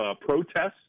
protests